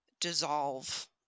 dissolve